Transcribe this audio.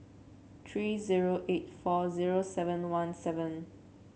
three zero eight four zero seven one seven